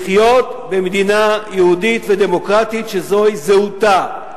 לחיות במדינה יהודית ודמוקרטית, שזוהי זהותה.